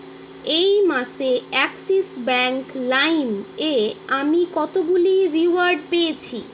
এই মাসে Axis Bank Lime এ আমি কতগুলি রিওয়ার্ড পেয়েছি